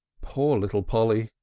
poor little polly!